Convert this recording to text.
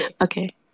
Okay